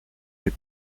les